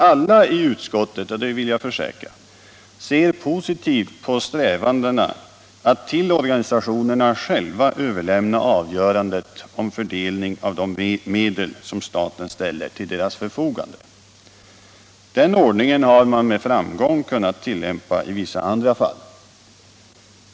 Alla i utskottet —- det vill jag försäkra — ser positivt på strävandena att till organisationerna själva överlämna avgörandet om fördelning av de medel som staten ställer till deras förfogande. Den ordningen har med framgång kunnat tillämpas i vissa andra fall.